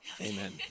Amen